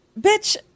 Bitch